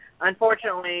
Unfortunately